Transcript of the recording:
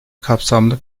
kapsamlı